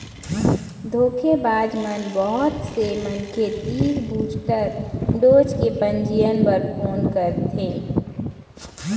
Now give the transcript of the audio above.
धोखेबाज मन बहुत से मनखे तीर बूस्टर डोज के पंजीयन बर फोन करथे